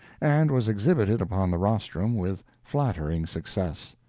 and was exhibited upon the rostrum with flattering success.